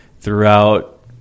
throughout